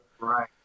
Right